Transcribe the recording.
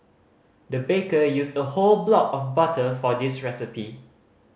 the baker used a whole block of butter for this recipe